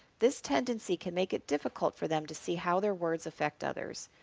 this tendency can make it difficult for them to see how their words affect others,